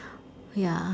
ya